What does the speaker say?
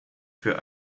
für